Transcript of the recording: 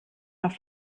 auf